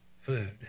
food